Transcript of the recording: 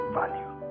value